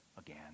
again